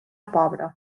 pobre